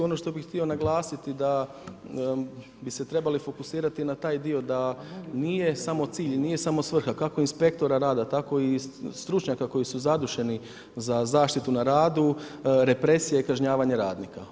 Ono što bih htio naglasiti da bi se trebali fokusirati na taj dio nije samo cilj, nije samo svrha, kako inspektora rada, tako i stručnjaka koji su zaduženi za zaštitu na radu, represija i kažnjavanje radnika.